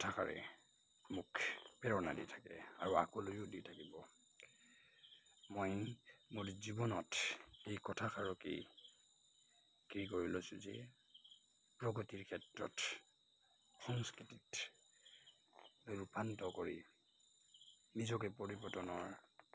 কথাষাৰে মোক প্ৰেৰণা দি থাকে আৰু আগলৈও দি থাকিব মই মোৰ জীৱনত এই কথাষাৰকেই কি কৰি লৈছোঁ যে প্ৰগতিৰ ক্ষেত্ৰত সংস্কৃতিত ৰূপান্তৰ কৰি নিজকে পৰিৱৰ্তনৰ